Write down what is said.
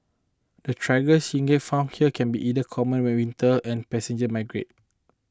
the Tiger Shrikes found here can be either common when winter and passage migrants